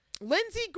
Lindsey